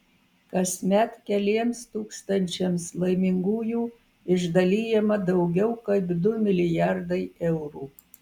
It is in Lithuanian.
kasmet keliems tūkstančiams laimingųjų išdalijama daugiau kaip du milijardai eurų